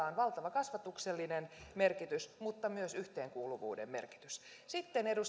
on valtava kasvatuksellinen merkitys mutta myös yhteenkuuluvuuden merkitys sitten